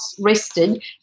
rested